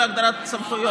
תוך הגדרת סמכויות.